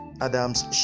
Adams